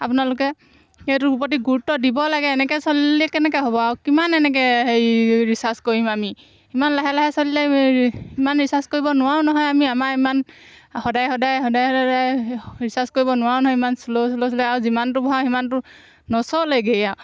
আপোনালোকে সেইটোৰ প্ৰতি গুৰুত্ব দিব লাগে এনেকৈ চলিলে কেনেকৈ হ'ব আৰু কিমান এনেকৈ হেৰি ৰিচাৰ্জ কৰিম আমি ইমান লাহে লাহে চলিলে ইমান ৰিচাৰ্জ কৰিব নোৱাৰোঁ নহয় আমি আমাৰ ইমান সদায় সদায় সদায় সদায় সদায় ৰিচাৰ্জ কৰিব নোৱাৰোঁ নহয় ইমান শ্ল' শ্ল' শ্ল' আৰু যিমানটো ভৰাওঁ সিমানটো নচলেগৈয়েই আৰু